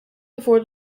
before